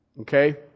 Okay